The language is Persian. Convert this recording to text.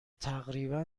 تقریبا